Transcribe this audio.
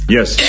Yes